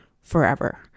forever